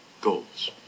Goals